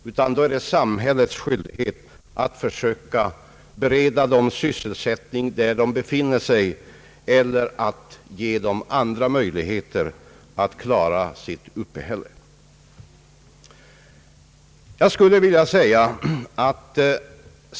Då är det i stället samhällets skyldighet att försöka bereda dessa människor sysselsättning där de befinner sig eller att ge dem andra möjligheter att klara sitt uppehälle.